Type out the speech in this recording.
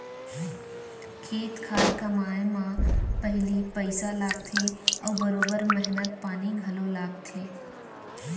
खेत खार कमाए म पहिली पइसा लागथे अउ बरोबर मेहनत पानी घलौ लागथे